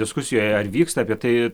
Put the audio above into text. diskusijoje ar vyksta apie tai